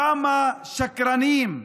כמה שקרנים.